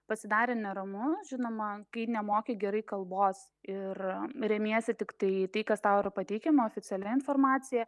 pasidarė neramu žinoma kai nemoki gerai kalbos ir remiesi tiktai tai kas tau yra pateikiama oficialia informacija